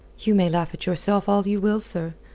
you may laugh at yourself all you will, sir.